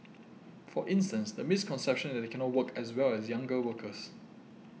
for instance the misconception that they cannot work as well as younger workers